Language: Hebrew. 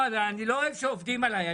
אני לא אוהב שעובדים עליי.